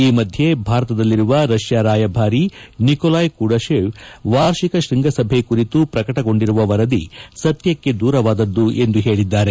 ಈ ಮಧ್ಯೆ ಭಾರತದಲ್ಲಿರುವ ರಷ್ಯಾ ರಾಯಭಾರಿ ನಿಕೊಲಾಯ್ ಕುಡಶೇವ್ ವಾರ್ಷಿಕ ಶ್ವಂಗಸಭೆ ಕುರಿತು ಪ್ರಕಟಗೊಂಡಿರುವ ವರದಿ ಸತ್ವಕ್ಷೆ ದೂರವಾದದ್ದು ಎಂದು ಹೇಳಿದ್ದಾರೆ